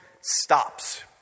stops